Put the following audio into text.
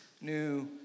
new